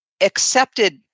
accepted